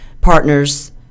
partner's